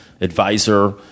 advisor